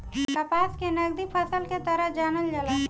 कपास के नगदी फसल के तरह जानल जाला